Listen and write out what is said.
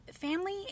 family